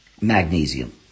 magnesium